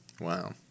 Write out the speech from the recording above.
Wow